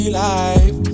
life